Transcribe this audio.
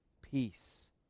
Peace